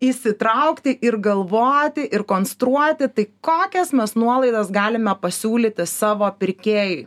įsitraukti ir galvoti ir konstruoti tai kokias mes nuolaidas galime pasiūlyti savo pirkėjui